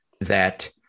that-